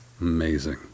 amazing